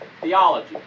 theology